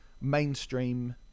mainstream